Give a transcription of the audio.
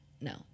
No